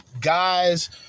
guys